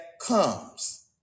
comes